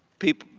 people,